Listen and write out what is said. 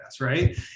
right